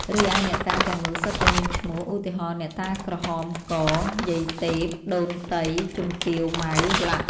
រីឯអ្នកតាទាំងនោះសុទ្ធតែមានឈ្មោះ ឧទាហរណ៍ អ្នកតាក្រហមក យាយទែព ដូនតី ជំទាវ ម៉ៅ។ល។